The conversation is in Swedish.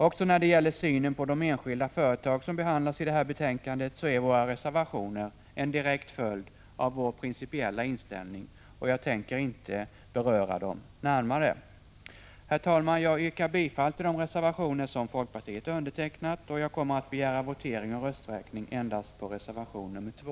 Också när det gäller synen på de enskilda företag som behandlas i det här betänkandet är våra reservationer en direkt följd av vår principiella inställning, och jag tänker därför inte beröra dem närmare. Herr talman! Jag yrkar bifall till de reservationer som folkpartiet undertecknat, men jag kommer att begära votering och rösträkning endast beträffande reservation 2.